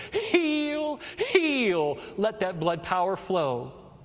heal! heal! let that blood power flow!